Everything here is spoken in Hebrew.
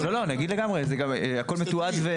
באמת הכל מתועד.